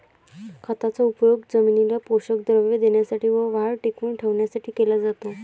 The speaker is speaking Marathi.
खताचा उपयोग जमिनीला पोषक द्रव्ये देण्यासाठी व वाढ टिकवून ठेवण्यासाठी केला जातो